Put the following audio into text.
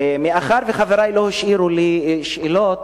מאחר שחברי לא השאירו לי שאלות,